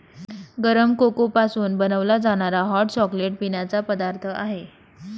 गरम कोको पासून बनवला जाणारा हॉट चॉकलेट पिण्याचा पदार्थ आहे